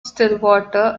stillwater